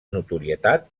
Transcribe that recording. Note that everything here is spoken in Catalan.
notorietat